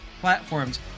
platforms